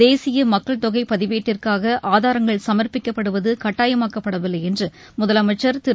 தேசிய மக்கள் தொகை பதிவேட்டிற்காக ஆதாரங்கள் சமர்ப்பிக்கப்படுவது கட்டாயமாக்கப்படவில்லை என்று முதலமைச்சர் திரு